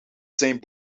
zijn